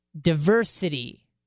diversity